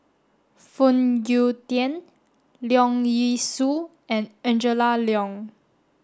Phoon Yew Tien Leong Yee Soo and Angela Liong